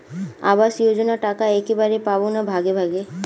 আবাস যোজনা টাকা একবারে পাব না ভাগে ভাগে?